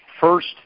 First